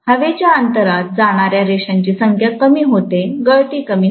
हवेच्या अंतरात जाणाऱ्या रेषांची संख्या कमी होते गळती कमी होते